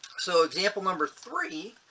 so example number three.